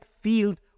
field